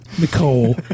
Nicole